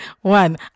One